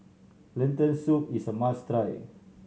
Lentil Soup is a must try